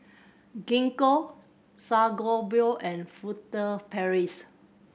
Gingko Sangobion and Furtere Paris